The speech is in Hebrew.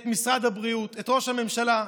את משרד הבריאות, את ראש הממשלה,